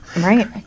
Right